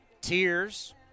tears